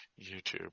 youtube